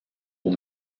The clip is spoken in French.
aux